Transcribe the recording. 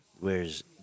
Whereas